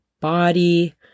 body